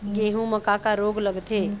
गेहूं म का का रोग लगथे?